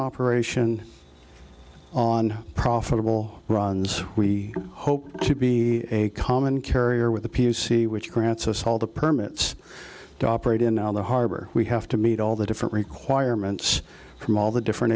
operation on profitable runs we hope to be a common carrier with the p c which grants us all the permits to operate in the harbor we have to meet all the different requirements from all the different